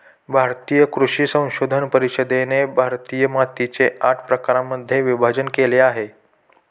भारतीय कृषी संशोधन परिषदेने भारतातील मातीचे आठ प्रकारांमध्ये विभाजण केले आहे